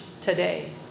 today